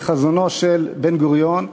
כחזונו של בן-גוריון.